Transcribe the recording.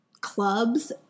clubs